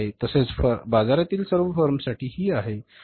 तसेच बाजारातील सर्व फर्मसाठी ही आहे